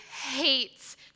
hates